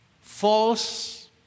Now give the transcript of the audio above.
false